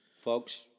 Folks